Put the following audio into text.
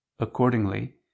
Accordingly